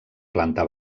planta